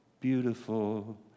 beautiful